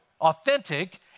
authentic